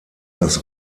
das